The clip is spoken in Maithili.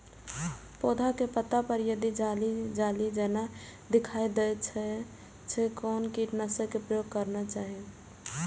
पोधा के पत्ता पर यदि जाली जाली जेना दिखाई दै छै छै कोन कीटनाशक के प्रयोग करना चाही?